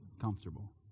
comfortable